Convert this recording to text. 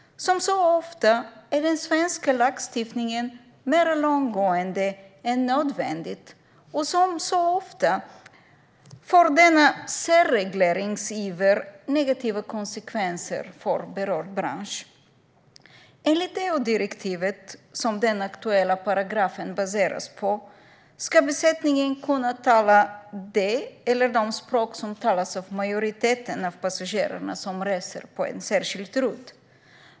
Som så ofta är den svenska lagstiftningen mer långtgående än nödvändigt, och som så ofta får denna särregleringsiver negativa konsekvenser för berörd bransch. Enligt det EU-direktiv som den aktuella paragrafen baseras på ska besättningen kunna tala det eller de språk som talas av majoriteten av passagerarna som reser på en särskild rutt.